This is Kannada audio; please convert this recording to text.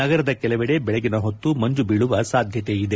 ನಗರದ ಕೆಲವೆಡೆ ದೆಳಗಿನ ಹೊತ್ತು ಮಂಜು ಬೀಳುವ ಸಾಧ್ಯತೆ ಇದೆ